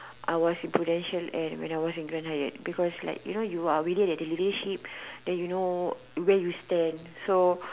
I was in Prudential and when I was in Grand-Hyatt because like you know you are already at the leadership then you know where you stand so